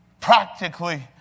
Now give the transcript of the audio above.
Practically